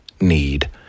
need